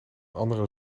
andere